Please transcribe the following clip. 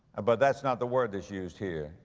ah, but that's not the word that's used here.